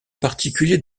particulier